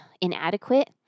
inadequate